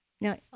Now